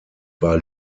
war